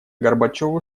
горбачёву